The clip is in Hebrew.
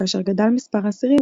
כאשר גדל מספר האסירים,